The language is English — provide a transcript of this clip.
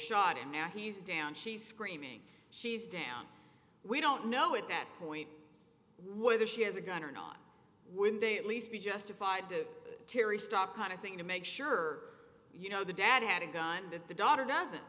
shot him now he's down she's screaming she's down we don't know at that point whether she has a gun or not when they at least be justified to terry stop kind of thing to make sure you know the dad had a gun that the daughter doesn't